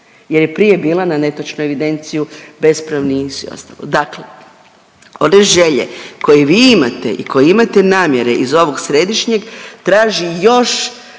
jer je prije bila na netočnu evidenciju bez …/Govornica se ne razumije./… Dakle, one želje koje vi imate i koje imate namjere iz ovog središnjeg traži još